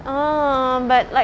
ah but like